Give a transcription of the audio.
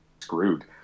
screwed